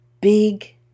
big